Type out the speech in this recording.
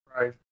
Right